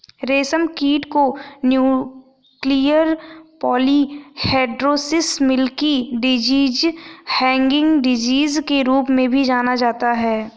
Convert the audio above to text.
रेशमकीट रोग nuclear polyhedrosis, milky disease, hanging disease के रूप में भी जाना जाता है